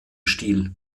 stil